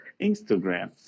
Instagram